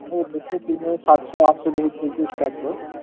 राम्रो चाहिँ तिम्रो सात सौ आठ सौदेखिको चाहिँ स्टार्ट छ